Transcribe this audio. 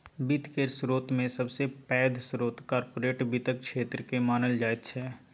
वित्त केर स्रोतमे सबसे पैघ स्रोत कार्पोरेट वित्तक क्षेत्रकेँ मानल जाइत छै